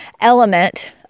element